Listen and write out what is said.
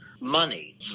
money